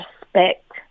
respect